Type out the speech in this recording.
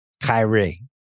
Kyrie